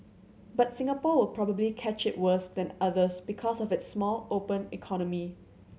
but Singapore will probably catch it worse than others because of its small open economy